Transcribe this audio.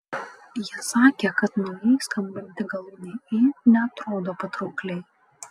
ji sakė kad naujai skambanti galūnė ė neatrodo patraukliai